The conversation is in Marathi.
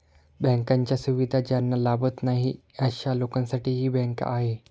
बँकांच्या सुविधा ज्यांना लाभत नाही अशा लोकांसाठी ही बँक आहे